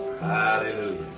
Hallelujah